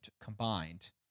combined